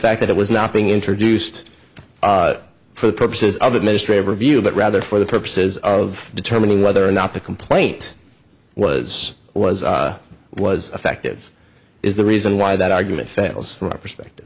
fact that it was not being introduced for the purposes of administrative review but rather for the purposes of determining whether or not the complaint was was was effective is the reason why that argument fails from our perspective